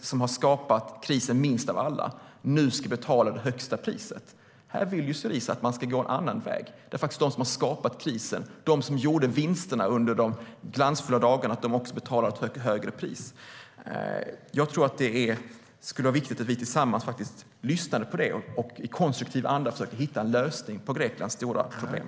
som minst av alla har skapat krisen som nu ska betala det högsta priset. Här vill Syriza att man ska gå en annan väg. Man vill att de som har skapat krisen och som gjorde vinster under de glansfulla dagarna också betalar ett högre pris. Det skulle vara viktigt att vi tillsammans lyssnade på detta och i konstruktiv anda försökte hitta en lösning på Greklands stora problem.